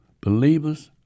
believers